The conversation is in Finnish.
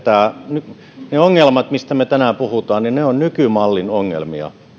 että ne ongelmat mistä me tänään puhumme ovat nykymallin ongelmia ne ovat nykymallin ongelmia ja